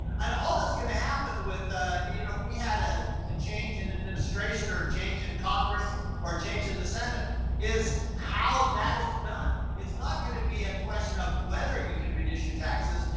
and all that's going to happen with a, you know, we had ah a change in administration or change in congress or changing the senate is how that is done. done. it's not going to be a question of whether you can reduce your taxes.